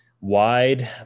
wide